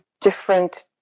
different